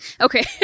Okay